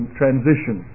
transition